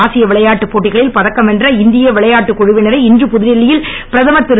ஆசிய விளையாட்டுப் போட்டிகளில் பதக்கம் வென்ற இந்திய விளையாட்டு குழுவினரை இன்று புதுடெல்லியில் பிரதமர் திரு